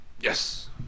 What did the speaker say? Yes